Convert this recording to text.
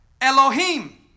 Elohim